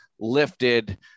lifted